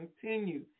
continue